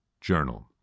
journal